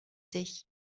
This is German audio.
sich